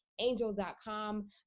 Angel.com